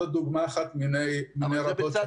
זו דוגמה אחת מני רבות.